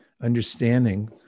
understanding